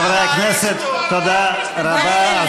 חברי הכנסת, תודה רבה.